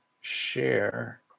share